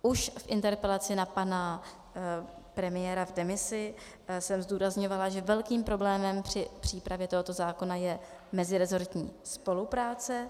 Už v interpelaci na pana premiéra v demisi jsem zdůrazňovala, že velkým problémem při přípravě tohoto zákona je mezirezortní spolupráce.